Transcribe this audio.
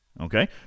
Okay